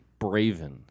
Braven